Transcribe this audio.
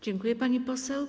Dziękuję, pani poseł.